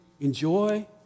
enjoy